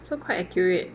so quite accurate